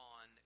on